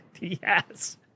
Yes